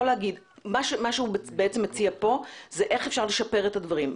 מה שהוא בעצם מציע כאן זה איך אפשר לשפר את הדברים.